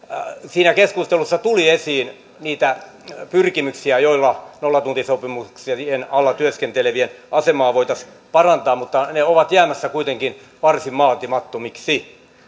siinä keskustelussa tuli esiin niitä pyrkimyksiä joilla nollatuntisopimuksien alla työskentelevien asemaa voitaisiin parantaa mutta ne ovat jäämässä kuitenkin varsin vaatimattomiksi